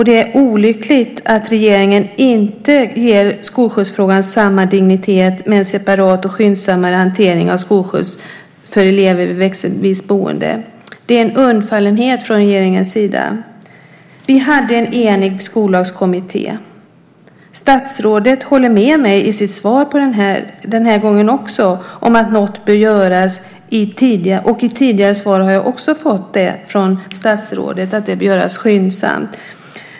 Det är olyckligt att regeringen inte ger skolskjutsfrågan samma dignitet med en separat och skyndsammare hantering av skolskjuts för elever vid växelvis boende. Det är en undfallenhet från regeringens sida. Vi hade en enig Skollagskommitté. Statsrådet håller med mig i sitt svar den här gången också om att något bör göras. I tidigare svar har jag också fått svaret från statsrådet att det bör göras skyndsamt.